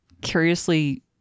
curiously